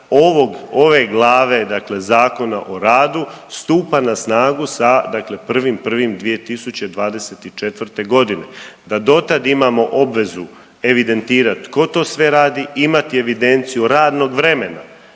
ove glave dakle ZOR-a stupa na snagu sa dakle 1.1.2024. g., da do tad imamo obvezu evidentirati tko to sve radi i imati evidenciju radnog vremena,